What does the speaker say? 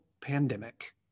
pandemic